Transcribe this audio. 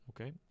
Okay